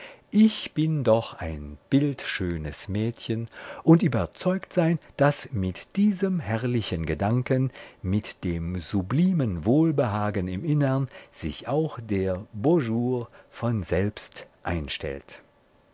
ich bin doch ein bildschönes mädchen und überzeugt sein daß mit diesem herrlichen gedanken mit dem sublimen wohlbehagen im innern sich auch der beau jour von selbst einstellt